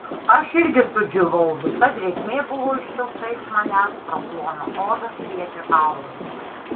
aš irgi sudžiūvau visa drėgmė buvo iščiulpta iš manęs pro ploną odą švietė kaulai